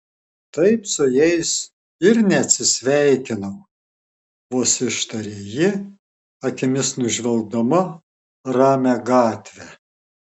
taip su jais ir neatsisveikinau vos ištarė ji akimis nužvelgdama ramią gatvę